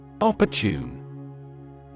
Opportune